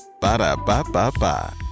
Ba-da-ba-ba-ba